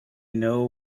know